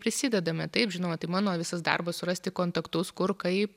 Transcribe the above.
prisidedame taip žinoma tai mano visas darbas surasti kontaktus kur kaip